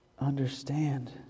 understand